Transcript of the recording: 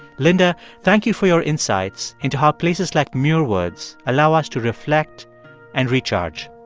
linda, thank you for your insights into how places like muir woods allow us to reflect and recharge